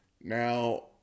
Now